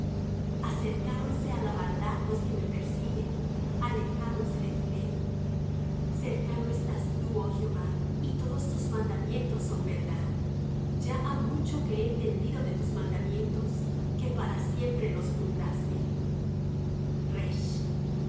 acercáronse á la maldad los que me persiguen alejáronse de tu ley cercano estás tú oh jehová y todos tus mandamientos son verdad ya ha mucho que he entendido de tus mandamientos que para siempre los fundaste